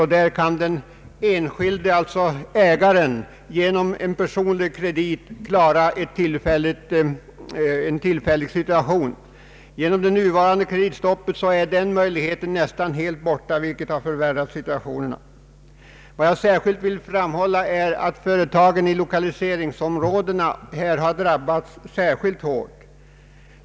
I sådana fall kan ägaren inte sällan genom en personlig kredit klara av de tillfälliga svårigheterna. Genom det nuvarande kreditstoppet är denna möjlighet nästan helt borta, vilket har förvärrat situationen. Vad jag särskilt vill framhålla är att företagen i lokaliseringsområdena har drabbats mycket hårt.